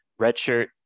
redshirt